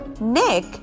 Nick